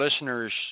listeners